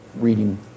reading